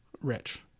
Rich